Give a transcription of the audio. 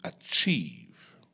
achieve